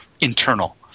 internal